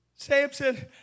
Samson